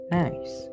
nice